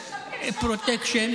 פרוטקשן.